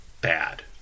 bad